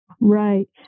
Right